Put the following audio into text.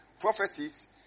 prophecies